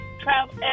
travel